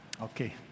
Okay